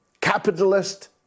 capitalist